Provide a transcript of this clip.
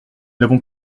n’avons